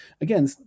again